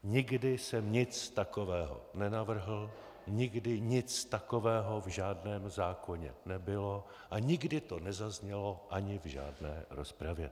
Nikdy jsem nic takového nenavrhl, nikdy nic takového v žádném zákoně nebylo a nikdy to nezaznělo ani v žádné rozpravě.